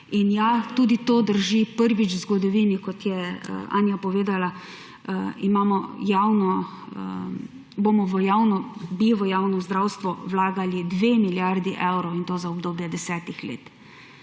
In ja, tudi to drži, prvič v zgodovini, kot je Anja povedala, bi v javno zdravstvo vlagali 2 milijardi evrov, in to za obdobje desetih let.